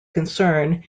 concern